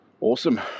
Awesome